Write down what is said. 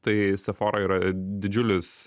tai sephora yra didžiulis